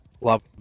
Love